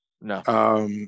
No